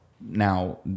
Now